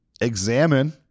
examine